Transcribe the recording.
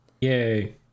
yay